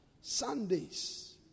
Sundays